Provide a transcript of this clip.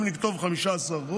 אם נכתוב לדוגמה 15%,